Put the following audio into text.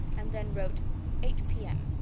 and then wrote eight p m.